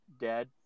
Dad